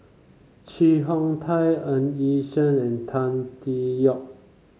Chee Hong Tat Ng Yi Sheng and Tan Tee Yoke